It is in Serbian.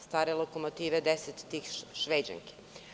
Stare lokomotive deset tih šveđanki.